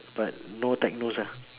but no techno lah